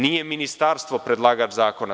Nije ministarstvo predlagač zakona.